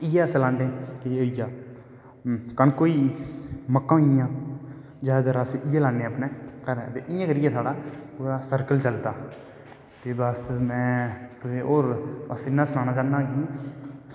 ते इयै अस रहानें एह् होईया कनक होई मक्कां होईयां जादातर अस इयै लान्नें अपनैं घरैं ते इयै साढ़ा पूरा सर्कल चलदा ते बस तुसें में होर बस इन्ना सनाना चाह्ना कि